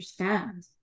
understand